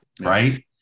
Right